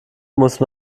musste